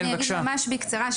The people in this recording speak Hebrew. אגיד בקצרה.